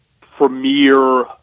Premier